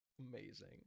amazing